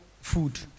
food